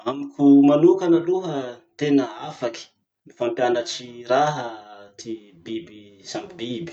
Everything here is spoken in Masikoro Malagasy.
Amiko manokana aloha tena afaky mifampianatsy raha ty biby samy biby.